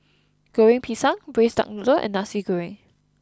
Goreng Pisang Braised Duck Noodle and Nasi Goreng